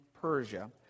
Persia